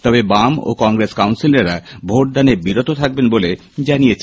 তবে বাম ও কংগ্রেস কাউন্সিলাররা ভোটদানে বিরত থাকবেন বলে জানিয়েছেন